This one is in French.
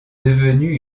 devenue